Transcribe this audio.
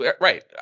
right